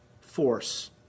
force